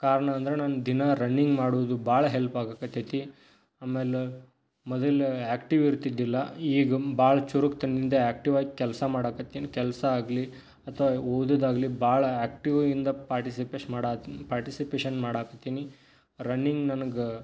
ಕಾರಣ ಅಂದರೆ ನಾನು ದಿನಾ ರನ್ನಿಂಗ್ ಮಾಡುವುದು ಭಾಳ ಹೆಲ್ಪಾಗೋಕತ್ತೈತಿ ಆಮೇಲೆ ಮೊದಲು ಆ್ಯಕ್ಟಿವ್ ಇರ್ತಿದ್ದಿಲ್ಲ ಈಗ ಭಾಳ ಚುರುಕುತನ್ದಿಂದ ಆ್ಯಕ್ಟಿವಾಗಿ ಕೆಲಸ ಮಾಡಕತ್ತೀನಿ ಕೆಲಸ ಆಗಲಿ ಅಥ್ವಾ ಓದುವುದಾಗ್ಲಿ ಭಾಳ ಆ್ಯಕ್ಟಿವ್ವಿಂದ ಪಾರ್ಟಿಸಿಪೇಷ್ ಮಾಡಹತ್ತೀನಿ ಪಾರ್ಟಿಸಿಪೇಷನ್ ಮಾಡೋಕತ್ತೀನಿ ರನ್ನಿಂಗ್ ನನಗೆ